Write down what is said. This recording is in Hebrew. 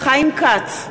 חיים כץ,